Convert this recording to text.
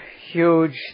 huge